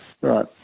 Right